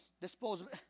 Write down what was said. Disposable